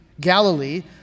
Galilee